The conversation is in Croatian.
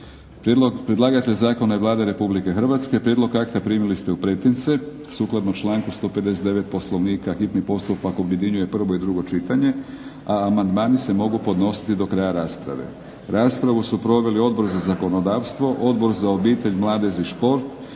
predlagatelj zakona je Vlada Republike Hrvatske. Prijedlog akta primili ste u pretince, sukladno članku 159. Poslovnika, hitni postupak objedinjuje prvo i drugo čitanje. A amandmani se mogu podnositi do kraja rasprave. Raspravu su proveli Odbor za zakonodavstvo, Odbor za obitelj, mladež i šport,